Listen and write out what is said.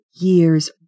years